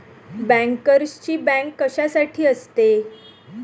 बँकर्सची बँक कशासाठी असते?